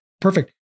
perfect